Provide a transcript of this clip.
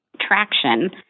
traction